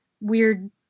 weird